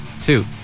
two